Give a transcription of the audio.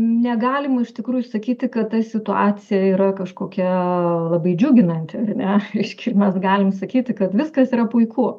negalima iš tikrųjų sakyti kad ta situacija yra kažkokia labai džiuginanti ar ne reiškia mes galim sakyti kad viskas yra puiku